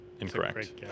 Incorrect